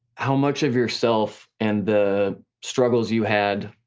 how much of yourself and the struggles you had,